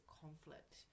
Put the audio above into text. conflict